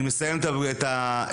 אני מסיים את הדיון